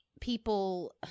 people